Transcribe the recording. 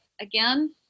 again